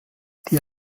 die